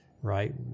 right